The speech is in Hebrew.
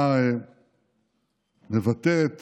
אתה מבטא את